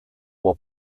will